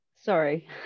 Sorry